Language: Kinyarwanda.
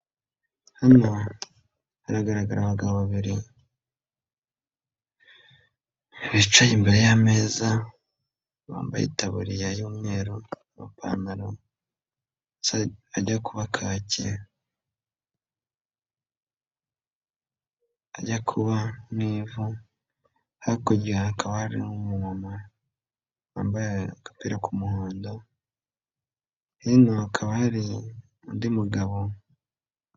Hano haragaragara abagabo babiri, bicaye imbere y'ameza. Bambaye itaburiya y'umweru, amapantaro ajya kuba kaki, ajya kuba nk'ivu. Hakurya hakaba hari umu mama wambaye agapira ku muhondo. Hakurya hakaba hari undi mugabo...